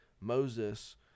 Moses